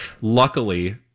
luckily